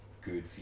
good